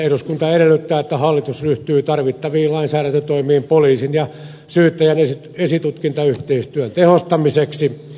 eduskunta edellyttää että hallitus ryhtyy tarvittaviin lainsäädäntötoimiin poliisin ja syyttäjän esitutkintayhteistyön tehostamiseksi